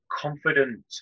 confident